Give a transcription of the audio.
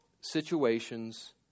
situations